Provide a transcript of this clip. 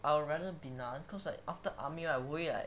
I would rather be none cause like after army right 我会 like